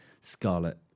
scarlet